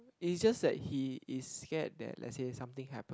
it's just that he is scared that let's say something happen